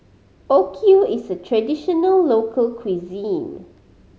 okayu is a traditional local cuisine